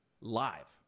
live